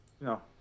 no